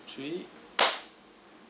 three